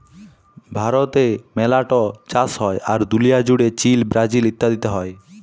ভারতে মেলা ট চাষ হ্যয়, আর দুলিয়া জুড়ে চীল, ব্রাজিল ইত্যাদিতে হ্য়য়